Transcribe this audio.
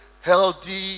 healthy